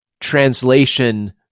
translation